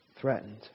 Threatened